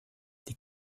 die